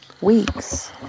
weeks